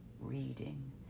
reading